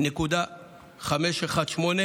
4.518 מיליון,